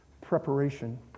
preparation